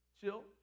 Chill